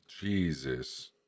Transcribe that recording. Jesus